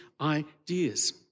ideas